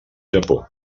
japó